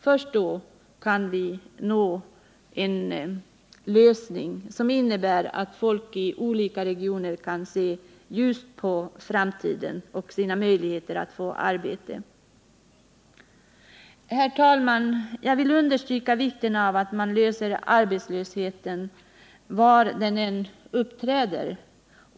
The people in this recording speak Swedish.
Först då kan vi nå en situation som innebär att folk i olika regioner kan se ljust på framtiden och sina möjligheter att få arbete. Herr talman! Jag vill understryka vikten av att bekämpa arbetslösheten var den än uppträder.